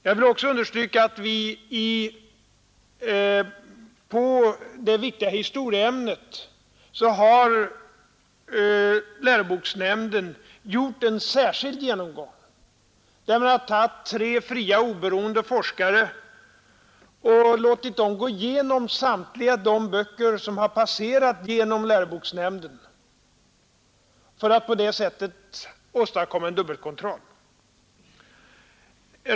Jag vill också understryka att beträffande det viktiga historieämnet har läroboksnämnden gjort en särskild genomgång och låtit tre fria, oberoende forskare granska samtliga de böcker som har passerat genom läroboksnämnden för att på det sättet åstadkomma en dubbel kontroll.